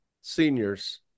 seniors